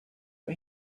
but